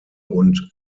und